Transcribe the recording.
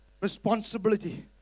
responsibility